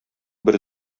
бер